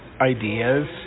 ideas